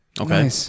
Okay